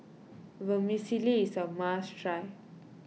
Vermicelli is a must try